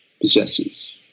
possesses